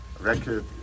record